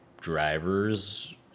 drivers